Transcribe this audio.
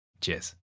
Cheers